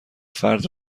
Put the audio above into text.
فرد